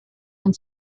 and